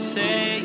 say